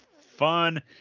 fun